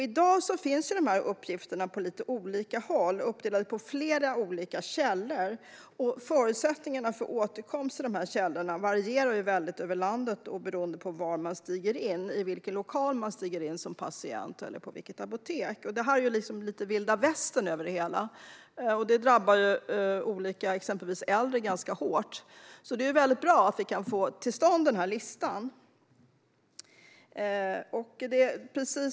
I dag finns uppgifterna på lite olika håll, och uppdelat på flera olika källor. Förutsättningarna för återkomst till de källorna varierar över landet, och det är beroende av i vilken lokal eller på vilket apotek man stiger in som patient. Det är liksom lite vilda västern över det hela. Det drabbar exempelvis äldre ganska hårt. Det är därför bra om den här listan kan komma till stånd.